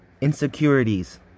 insecurities